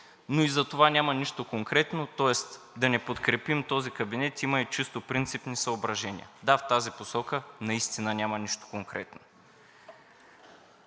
Но и за това няма нищо конкретно, тоест да не подкрепим този кабинет има и чисто принципни съображения. Да, в тази посока наистина няма нищо конкретно.